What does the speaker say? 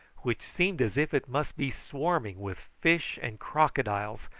which seemed as if it must be swarming with fish and crocodiles,